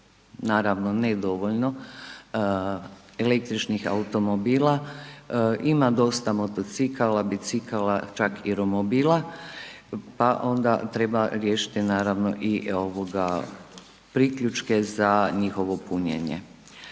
naravno ne dovoljno, električnih automobila, ima dosta motocikala, bicikala, čak i romobila, pa onda treba riješiti naravno i ovoga priključke za njihovo punjenje.